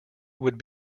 would